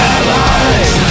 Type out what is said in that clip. Allies